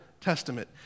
Testament